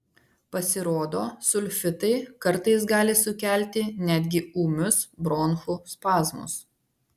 pasirodo sulfitai kartais gali sukelti netgi ūmius bronchų spazmus